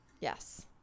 Yes